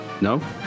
No